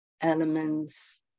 elements